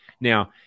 Now